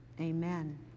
Amen